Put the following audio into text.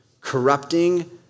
corrupting